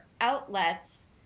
outlets